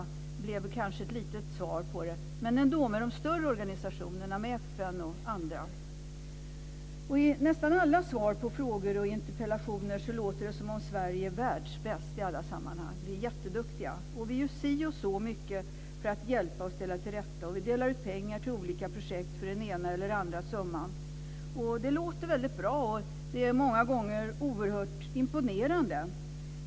Det blir kanske ett kort svar, men ändå. Hur samarbetar man med de större organisationerna - med FN och andra? I nästan alla svar på frågor och interpellationer låter det som om Sverige är världsbäst i alla sammanhang. Vi är jätteduktiga, och vi gör si och så mycket för att hjälpa och ställa till rätta. Vi delar ut pengar till olika projekt - den ena eller andra summan. Det låter väldigt bra. Det är många gånger oerhört imponerande.